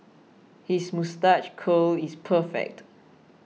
his moustache curl is perfect